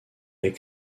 est